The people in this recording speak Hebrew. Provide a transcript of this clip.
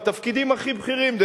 בתפקידים הכי בכירים,